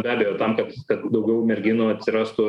be abejo tam kad kad daugiau merginų atsirastų